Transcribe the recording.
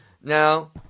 Now